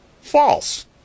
False